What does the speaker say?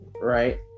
Right